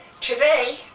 Today